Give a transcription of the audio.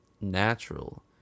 natural